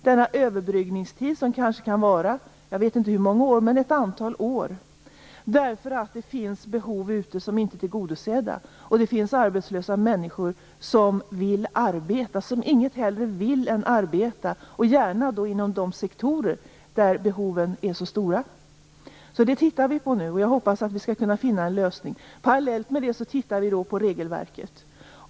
Denna överbryggningstid kan kanske vara ett antal år - jag vet inte hur många - därför att det finns behov som inte är tillgodosedda och därför att det finns arbetslösa människor som inget hellre vill än arbeta, och gärna inom de sektorer där behoven är så stora. Vi tittar på det nu, och jag hoppas att vi skall kunna finna en lösning. Parallellt med det tittar vi också på regelverket.